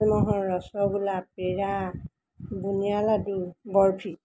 rasgulla peda bundiya laddu barfi